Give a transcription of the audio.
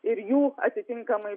ir jų atitinkamai